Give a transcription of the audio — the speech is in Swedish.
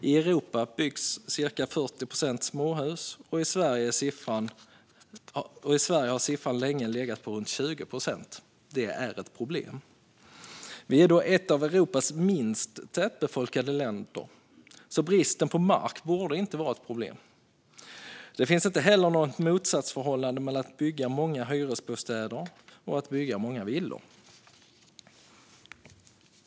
Av det som byggs i Europa är cirka 40 procent småhus, medan siffran i Sverige länge har legat på runt 20 procent. Det är ett problem. Vi är ju ett av Europas minst tätbefolkade länder, så brist på mark borde inte råda. Det finns inte heller något motsatsförhållande mellan att bygga många hyresbostäder och att bygga många villor.